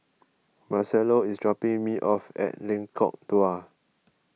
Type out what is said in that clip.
Marcello is dropping me off at Lengkok Dua